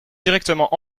directement